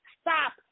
stop